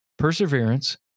perseverance